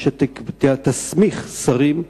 שתסמיך שרים,